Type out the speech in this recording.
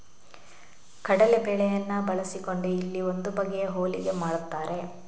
ಕಡಲೇ ಬೇಳೆಯನ್ನ ಬಳಸಿಕೊಂಡು ಇಲ್ಲಿ ಒಂದು ಬಗೆಯ ಹೋಳಿಗೆ ಮಾಡ್ತಾರೆ